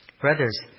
Brothers